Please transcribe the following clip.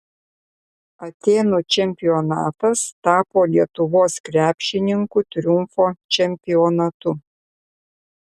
atėnų čempionatas tapo lietuvos krepšininkų triumfo čempionatu